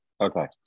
Okay